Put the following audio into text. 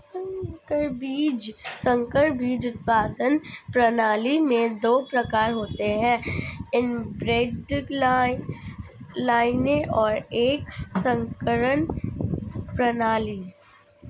संकर बीज उत्पादन प्रणाली में दो प्रकार होते है इनब्रेड लाइनें और एक संकरण प्रणाली